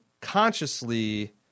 consciously